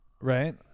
right